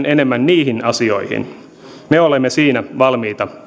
enemmän niihin asioihin me olemme siinä valmiita